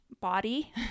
body